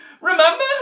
Remember